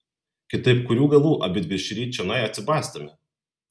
kitaip kurių galų abidvi šįryt čionai atsibastėme